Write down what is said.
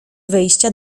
wejścia